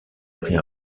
pris